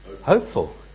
hopeful